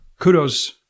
Kudos